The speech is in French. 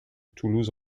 toulouse